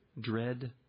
dread